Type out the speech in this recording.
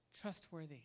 trustworthy